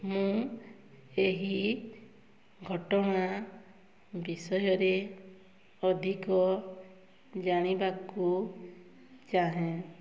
ମୁଁ ଏହି ଘଟଣା ବିଷୟରେ ଅଧିକ ଜାଣିବାକୁ ଚାହେଁ